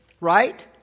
right